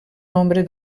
nombre